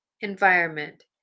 environment